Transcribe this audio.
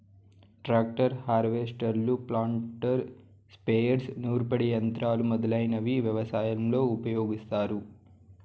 tractor, హార్వెస్టర్లు, planter, sprayers, నూర్పిడి యంత్రాలు మొదలైనవి వ్యవసాయంలో ఉపయోగిస్తారు